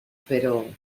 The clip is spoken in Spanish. pero